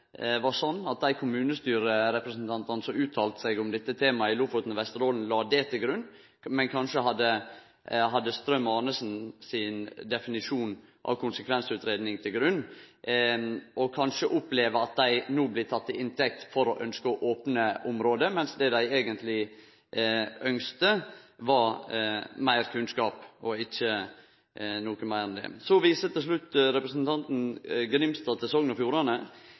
var sånn at dei kommunestyrerepresentantane som uttala seg om dette temaet i Lofoten og Vesterålen, la det til grunn, men at dei kanskje la Strøm og Arnesen sin definisjon av konsekvensutgreiing til grunn, og kanskje opplever at dei no blir teke til inntekt for å ynskje å opne området, mens det dei eigentleg ynskte, var meir kunnskap og ikkje noko meir enn det. Så viser til slutt representanten Grimstad til Sogn og Fjordane.